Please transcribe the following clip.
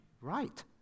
right